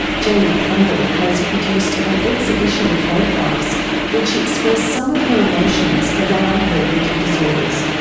jaimie campbell has produced an exhibition of photographs which express some of her emotions around her eating disorders.